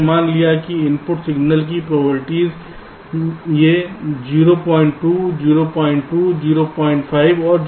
हमने मान लिया है कि इनपुट सिग्नल की प्रोबबिलिटीज़ ये 02 02 05 और 05 हैं